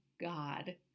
God